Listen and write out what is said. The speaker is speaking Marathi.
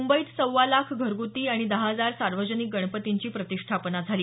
मुंबईत सव्वा लाख घरगुती आणि दहा हजार सार्वजनिक गणपतींची प्रतिष्ठापना झाली